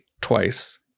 twice